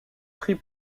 pris